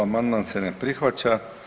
Amandman se ne prihvaća.